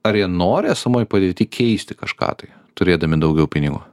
ar jie nori esamoj padėty keisti kažką tai turėdami daugiau pinigų